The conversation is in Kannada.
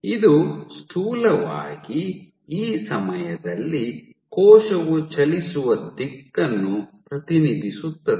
ಇದು ಸ್ಥೂಲವಾಗಿ ಈ ಸಮಯದಲ್ಲಿ ಕೋಶವು ಚಲಿಸುವ ದಿಕ್ಕನ್ನು ಪ್ರತಿನಿಧಿಸುತ್ತದೆ